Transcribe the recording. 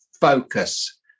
focus